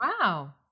Wow